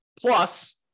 Plus